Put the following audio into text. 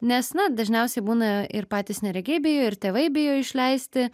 nes na dažniausiai būna ir patys neregiai bijo ir tėvai bijo išleisti